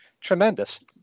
tremendous